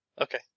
Okay